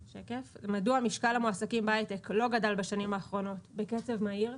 מדוע משקל המועסקים בהייטק לא גדל בשנים האחרונות בקצב מהיר,